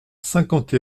cinquante